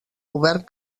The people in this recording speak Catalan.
govern